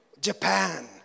Japan